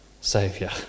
saviour